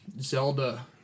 Zelda